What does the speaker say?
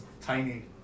tiny